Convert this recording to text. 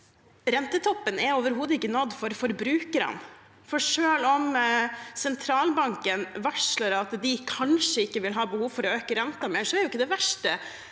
Rentetoppen er overhodet ikke nådd for forbrukerne, for selv om sentralbanken varsler at de kanskje ikke vil ha behov for å øke renten mer, er det for forbrukerne